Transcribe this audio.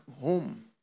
home